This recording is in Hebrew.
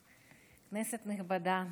כנסת נכבדה,